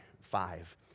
five